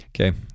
Okay